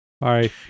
Bye